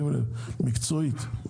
מקצועית.